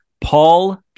Paul